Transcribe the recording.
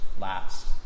last